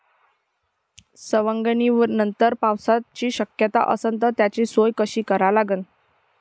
सवंगनीनंतर पावसाची शक्यता असन त त्याची सोय कशी लावा लागन?